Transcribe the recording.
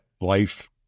life